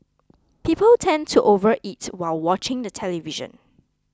people tend to overeat while watching the television